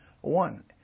one